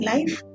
Life